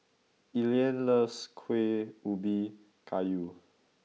Elian loves Kuih Ubi Kayu